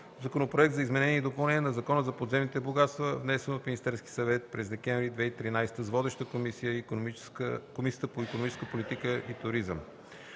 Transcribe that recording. Законопроекта за изменение и допълнение на Закона за подземните богатства, внесен от Министерския съвет на 12 декември 2013 г., с водеща комисия – Комисията по икономическата политика и туризъм.